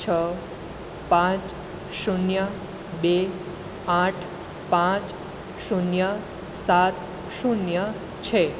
છ પાંચ શૂન્ય બે આઠ પાંચ શૂન્ય સાત શૂન્ય છે